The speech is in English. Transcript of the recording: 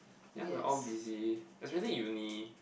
ya we're all busy especially uni